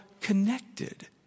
connected